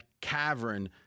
cavern